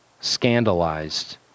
scandalized